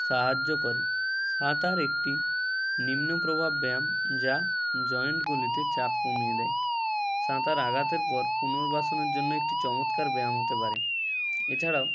সাহায্য করে সাঁতার একটি নিম্ন প্রভাব ব্যায়াম যা জয়েন্টগুলিতে চাপ কমিয়ে দেয় সাঁতার আঘাতের পর পুনর্বাসনের জন্য একটি চমৎকার ব্যায়াম হতে পারে এছাড়াও